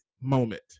moment